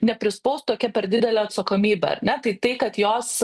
neprispaus tokia per didelė atsakomybė ar ne tai tai kad jos